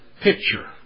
picture